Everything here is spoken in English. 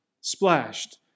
splashed